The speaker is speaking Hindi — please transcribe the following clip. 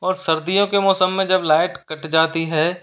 और सर्दियों के मौसम में जब लाइट कट जाती है